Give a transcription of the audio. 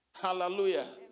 Hallelujah